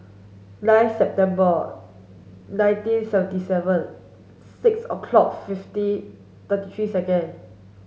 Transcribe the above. nine September nineteen seventy seven six o'clock fifty thirty three second